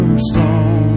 Stone